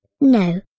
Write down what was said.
No